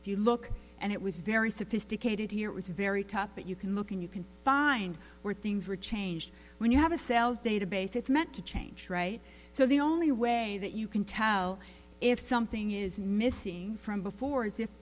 if you look and it was very sophisticated here it was very tough but you can look and you can find where things were changed when you have a sales database it's meant to change so the only way that you can tell if something is missing from before as if